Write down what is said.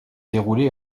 déroulée